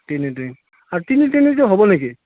তিনি তিনি আৰু তিনি তিনিটো হ'ব নেকি